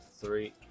three